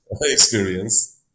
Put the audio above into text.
experience